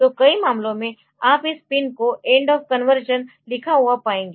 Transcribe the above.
तो कई मामलों में आप इस पिन को एन्डऑफ़ कन्वर्शन लिखा हुआपाएंगे